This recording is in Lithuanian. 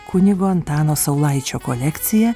kunigo antano saulaičio kolekcija